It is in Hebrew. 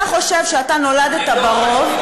אתה חושב שאתה נולדת ברוב,